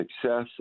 success